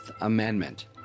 Amendment